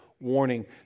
warning